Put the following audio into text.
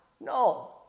No